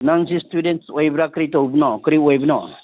ꯅꯪꯁꯦ ꯏꯁꯇꯨꯗꯦꯟꯁ ꯑꯣꯏꯕ꯭ꯔꯥ ꯀꯔꯤ ꯇꯧꯕꯅꯣ ꯀꯔꯤ ꯑꯣꯏꯕꯅꯣ